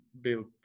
built